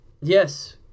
Yes